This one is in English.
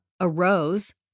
arose